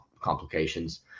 complications